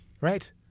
right